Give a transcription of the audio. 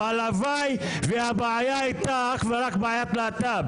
החליט מי שהחליט שהשנה הכיתה שלו לא לומדת תנ"ך.